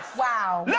wow. yeah